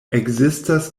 ekzistas